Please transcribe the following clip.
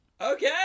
Okay